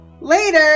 later